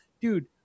dude